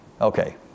Okay